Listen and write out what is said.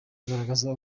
agaragaza